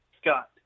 Scott